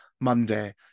Monday